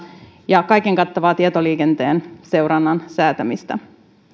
ja kaiken kattavaa tietoliikenteen seurannan säätämistä